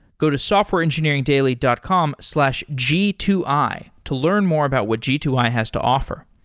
go to softwareengineeringdaily dot com slash g two i to learn more about what g two i has to offer.